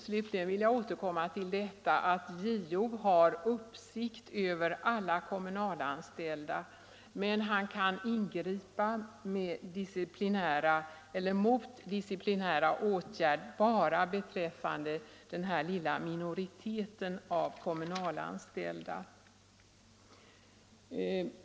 Slutligen vill jag återkomma till det förhållandet att JO har uppsikt över alla kommunalanställda, medan han inte kan ingripa disciplinärt mot majoriteten av de kommunalanställda.